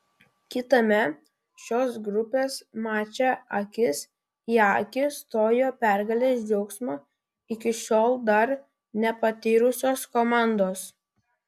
kitame šios grupės mače akis į akį stojo pergalės džiaugsmo iki šiol dar nepatyrusios komandos